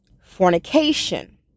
fornication